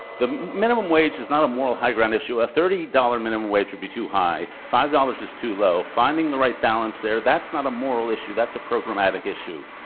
the minimum wage is not a moral high ground issue. a thirty dollars minimum wage would be too high. five dollars is too low. finding the right balance there, that's not a moral issue. that's a programmatic issue.